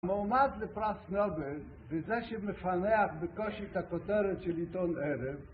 מועמד לפרס נובל, זה זה שמפענח בקושי את הכותרת של עיתון ערב